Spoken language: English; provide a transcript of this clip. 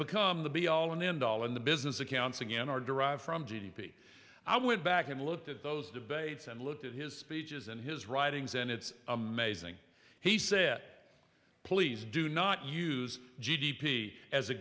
become the be all and end all in the business accounts again are derived from g d p i went back and looked at those debates and looked at his speeches and his writings and it's amazing he set please do not use g d p as a